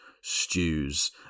stews